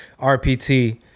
RPT